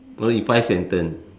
no you five sentence